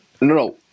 no